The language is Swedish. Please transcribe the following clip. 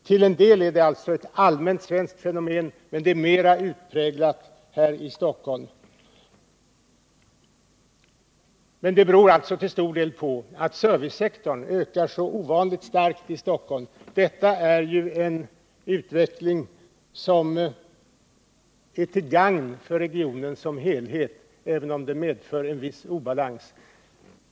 Till en del är detta ett allmänt svenskt fenomen, men det är mer utpräglat här i Stockholm. Det beror alltså till stor del på att servicesektorn ökar så ovanligt starkt här i Stockholm. Detta är ju en utveckling som är till gagn för regionen som helhet, även om den medför en viss obalans.